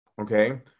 Okay